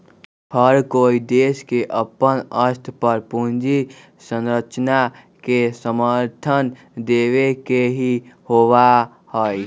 हर कोई देश के अपन स्तर पर पूंजी संरचना के समर्थन देवे के ही होबा हई